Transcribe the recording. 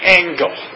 angle